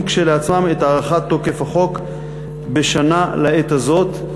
כשלעצמם את הארכת תוקף החוק בשנה לעת הזאת.